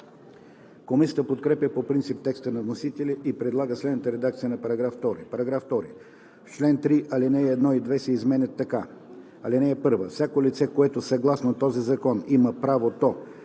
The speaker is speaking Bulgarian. Комисията подкрепя по принцип текста на вносителя и предлага следната редакция на § 2: „§ 2. В чл. 3 ал. 1 и 2 се изменят така: „(1) Всяко лице, което съгласно този закон има правото